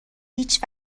هیچ